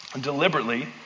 deliberately